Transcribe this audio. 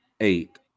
eight